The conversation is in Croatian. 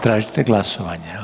Tražite glasovanje?